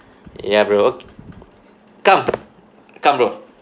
ya bro come come bro